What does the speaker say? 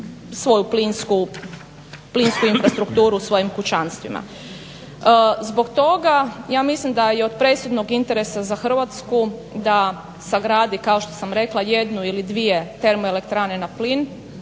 svoju plinsku infrastrukturu u svojim kućanstvima. Zbog toga ja mislim da je od presudnog interesa za Hrvatsku da sagradi kao što sam rekla jednu ili dvije termoelektrane na plin